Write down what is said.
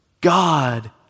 God